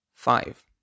Five